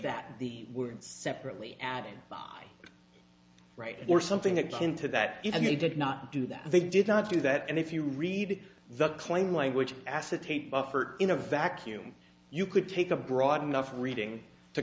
that the word separately added by right or something akin to that even they did not do that they did not do that and if you read the claim language acetate buffered in a vacuum you could take a broad enough